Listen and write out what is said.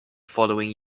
following